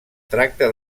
tracta